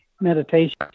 meditation